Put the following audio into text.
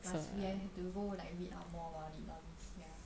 must be we I have to go like read up more about this ya